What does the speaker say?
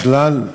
בכלל,